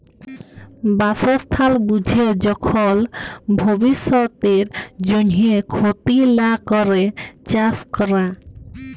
বাসস্থাল বুঝে যখল ভব্যিষতের জন্হে ক্ষতি লা ক্যরে চাস ক্যরা